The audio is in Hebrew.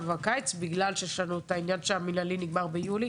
הקיץ בגלל שיש לנו את העניין שהמינהלי נגמר ביולי,